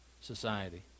society